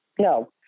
No